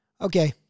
okay